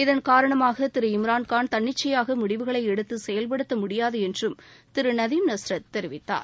இதன் காரணமாக திரு இம்ரான்கான் தன்னிச்சையாக முடிவுகளை எடுத்து செயல்படுத்த முடியாது என்றும் திரு நதீம் நஸ்ரத் தெரிவித்தார்